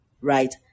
right